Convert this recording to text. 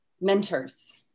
Mentors